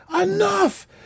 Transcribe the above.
enough